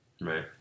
right